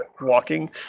walking